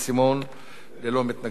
ללא מתנגדים וללא נמנעים.